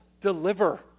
deliver